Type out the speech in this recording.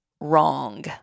wrong